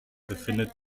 befindet